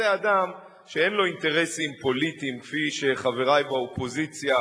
זה אדם שאין לו אינטרסים פוליטיים כפי שחברי באופוזיציה,